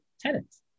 tenants